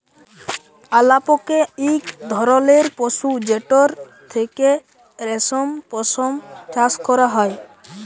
আলাপকে ইক ধরলের পশু যেটর থ্যাকে রেশম, পশম চাষ ক্যরা হ্যয়